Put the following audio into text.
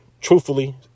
Truthfully